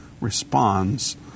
responds